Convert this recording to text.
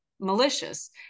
malicious